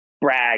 brag